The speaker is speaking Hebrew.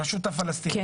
יש